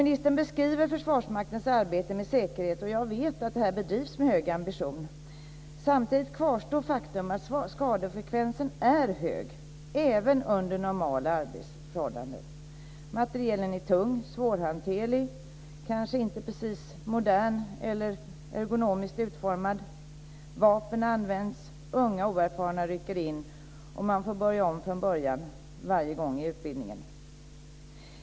Ministern beskriver Försvarsmaktens arbete med säkerhet. Jag vet att det bedrivs med hög ambition. Samtidigt kvarstår faktum att skadefrekvensen är hög även under normala arbetsförhållanden. Materielen är tung, svårhanterlig och kanske inte precis modern eller ergonomiskt utformad. Vapen används. Unga och oerfarna rycker in, och man får börja om från början varje gång i utbildningen.